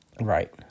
Right